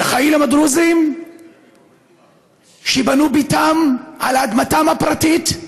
לחיילים הדרוזים שבנו את ביתם על אדמתם הפרטית במר'אר,